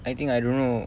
I think I don't know